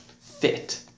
Fit